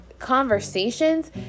conversations